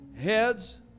Heads